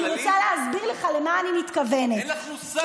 את יודעת מה קורה במגזר הכללי?